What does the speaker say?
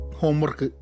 homework